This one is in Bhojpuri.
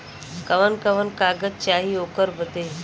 कवन कवन कागज चाही ओकर बदे?